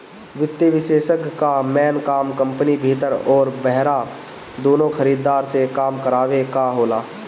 वित्तीय विषेशज्ञ कअ मेन काम कंपनी भीतर अउरी बहरा दूनो खरीदार से काम करावे कअ होला